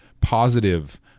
positive